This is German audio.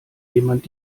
jemand